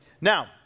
Now